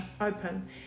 open